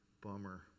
Bummer